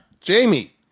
Jamie